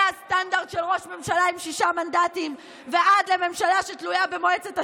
מהסטנדרט של ראש ממשלה עם שישה מנדטים ועד לממשלה שתלויה במועצת השורא.